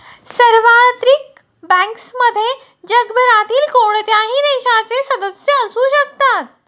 सार्वत्रिक बँक्समध्ये जगभरातील कोणत्याही देशाचे सदस्य असू शकतात